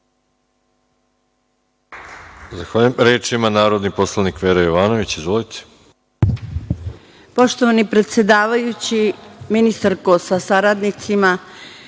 Zahvaljujem. Reč ima narodni poslanik Vera Jovanović. Izvolite.